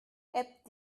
app